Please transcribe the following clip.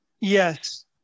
Yes